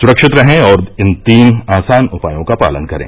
सुरक्षित रहें और इन तीन आसान उपायों का पालन करें